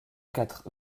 quatre